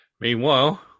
Meanwhile